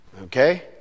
Okay